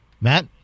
Matt